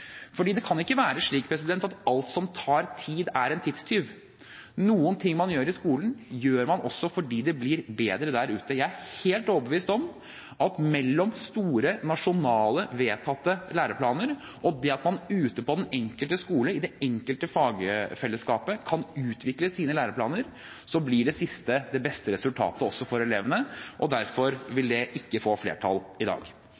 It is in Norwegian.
det kan ikke være slik at alt som tar tid, er en tidstyv. Noen ting man gjør i skolen, gjør man også fordi det blir bedre der ute. Jeg er helt overbevist om at mellom store, nasjonale, vedtatte læreplaner og det at man ute på den enkelte skole, i det enkelte fagfellesskapet, kan utvikle sine læreplaner, blir det siste det beste resultatet, også for elevene. Derfor vil det ikke få flertall i dag.